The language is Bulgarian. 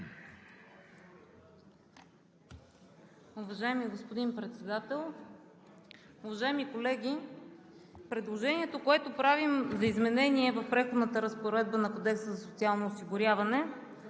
Уважаеми господин Председател, уважаеми колеги! Предложението, което правим за изменение в Преходната разпоредба на Кодекса за социално осигуряване,